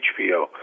HBO